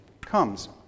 comes